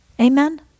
Amen